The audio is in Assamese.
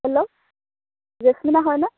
হেল্ল' য়েছমিনা হয়নে